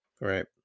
Right